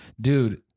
dude